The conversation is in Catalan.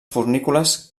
fornícules